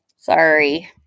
Sorry